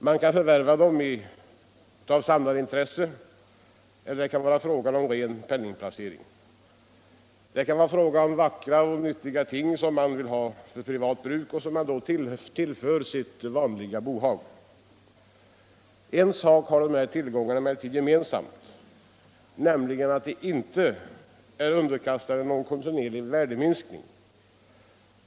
Man kan förvärva dem av samlarintresse. Det kan vara fråga om en ren penningplacering. Det kan röra sig om vackra och nyttiga ting som man vill ha för privat bruk och som man då tillför sitt vanliga bohag. En sak har dessa tillgångar emellertid gemensam, nämligen att de inte är underkastade någon kontinuerlig värdeminskning.